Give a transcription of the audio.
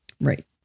Right